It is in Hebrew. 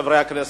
חברי הכנסת,